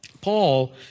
Paul